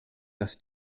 dass